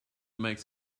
makes